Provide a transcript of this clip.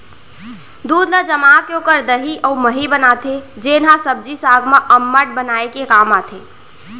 दूद ल जमाके ओकर दही अउ मही बनाथे जेन ह सब्जी साग ल अम्मठ बनाए के काम आथे